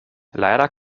leider